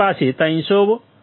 0135 millivolt છે